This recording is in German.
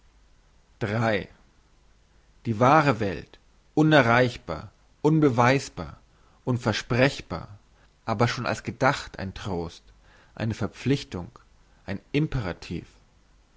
die wahre welt unerreichbar unbeweisbar unversprechbar aber schon als gedacht ein trost eine verpflichtung ein imperativ